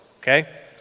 okay